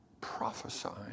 prophesying